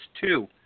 two